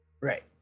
Right